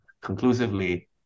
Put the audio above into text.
conclusively